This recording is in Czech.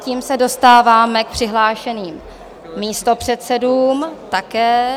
Tím se dostáváme k přihlášeným místopředsedům také.